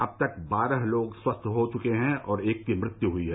अब तक बारह लोग स्वस्थ हो चुके हैं और एक की मृत्यु हुई है